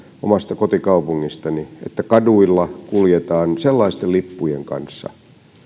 omasta kotikaupungistani että kaduilla kuljetaan sellaisten lippujen kanssa